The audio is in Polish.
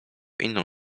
inną